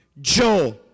Joel